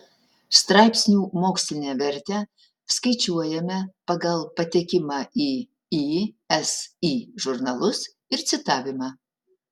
straipsnių mokslinę vertę skaičiuojame pagal patekimą į isi žurnalus ir citavimą